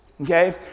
Okay